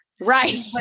right